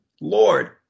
Lord